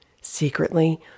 Secretly